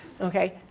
okay